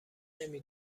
نمی